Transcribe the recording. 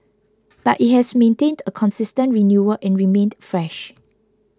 but it has maintained a consistent renewal and remained fresh